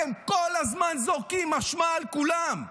אתם כל הזמן זורקים אשמה על כולם.